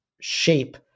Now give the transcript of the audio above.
shape